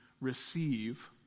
receive